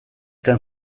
zen